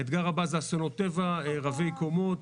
האתגר הבא הוא אסונות טבע, רבי קומות.